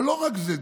אבל לא רק זה,